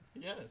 Yes